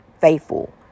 faithful